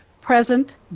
present